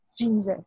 Jesus